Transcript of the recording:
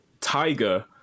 tiger